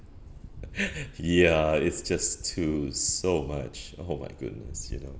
ya it's just too so much oh my goodness you know